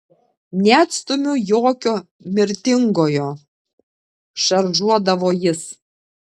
neatstumiu jokio mirtingojo šaržuodavo jis